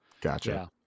gotcha